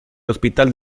hospital